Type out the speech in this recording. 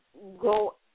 go